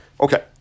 Okay